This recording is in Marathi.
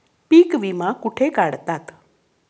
पीक विमा कुठे काढतात?